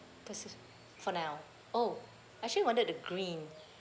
this is for now oh I actually wanted the green